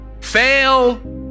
Fail